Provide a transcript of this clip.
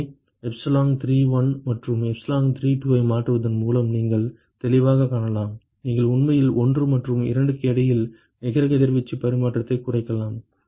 எனவே epsilon31 மற்றும் epsilon32 ஐ மாற்றுவதன் மூலம் நீங்கள் தெளிவாகக் காணலாம் நீங்கள் உண்மையில் 1 மற்றும் 2 க்கு இடையில் நிகர கதிர்வீச்சு பரிமாற்றத்தை குறைக்கலாம்